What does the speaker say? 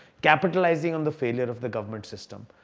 capitalizing on the failure of the government system.